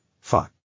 fuck